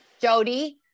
Jody